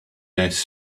best